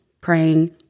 praying